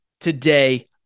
today